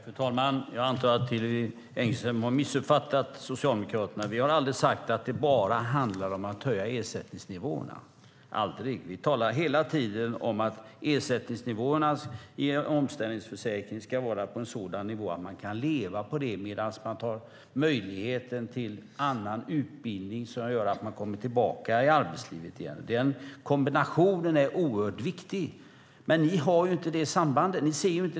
Fru talman! Jag antar att Hillevi Engström har missuppfattat Socialdemokraterna. Vi har aldrig sagt att det bara handlar om att höja ersättningsnivåerna - aldrig. Vi talar hela tiden om att ersättningsnivåerna i en omställningsförsäkring ska vara på en sådan nivå att man kan leva på det medan man tar möjligheten till annan utbildning som gör att man kommer tillbaka i arbetslivet igen. Den kombinationen är oerhört viktig. Ni ser inte det sambandet.